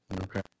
Okay